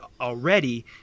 already